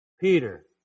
Peter